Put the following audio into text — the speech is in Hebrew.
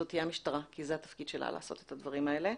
זו תהיה המשטרה כי זה התפקיד שלה לעשות את הדברים האלה.